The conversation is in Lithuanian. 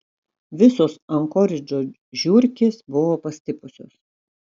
visos ankoridžo žiurkės buvo pastipusios